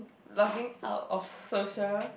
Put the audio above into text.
logging out of social